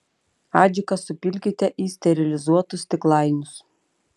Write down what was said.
adžiką supilkite į sterilizuotus stiklainius